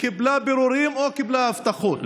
קיבלה פירורים או קיבלה הבטחות.